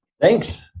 Thanks